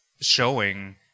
showing